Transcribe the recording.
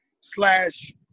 slash